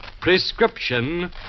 Prescription